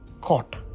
caught